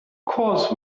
course